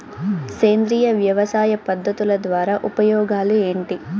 సేంద్రియ వ్యవసాయ పద్ధతుల ద్వారా ఉపయోగాలు ఏంటి?